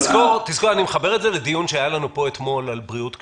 אני מחבר את זה לדיון שהיה לנו פה אתמול על בריאות קשישים.